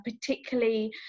particularly